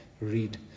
read